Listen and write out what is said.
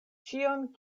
ĉion